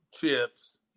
Chips